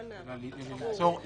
ברור.